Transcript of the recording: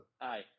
Aye